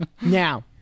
Now